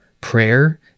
prayer